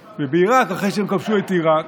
ובעיראק, אחרי שהם כבשו את עיראק,